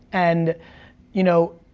and you know,